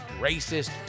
Racist